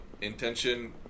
intention